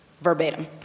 Verbatim